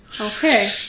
Okay